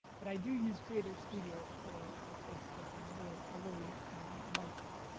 but i do use creator studio for for facebook and i really i really like that.